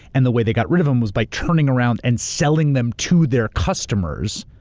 and the way they got rid of them was by turning around and selling them to their customers,